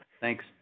Thanks